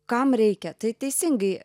kam reikia tai teisingai